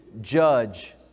judge